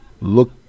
look